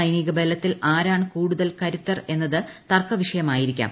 സൈനിക ബലത്തിൽ ആരാണ് കൂടുത്തിൽ ക്രുത്തർ എന്നത് തർക്കവിഷയമായിരിക്കാം